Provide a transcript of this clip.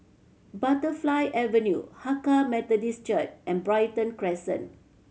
Butterfly Avenue Hakka Methodist Church and Brighton Crescent